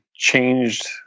changed